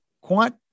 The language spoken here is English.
quant